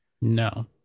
No